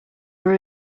were